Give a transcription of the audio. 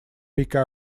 picked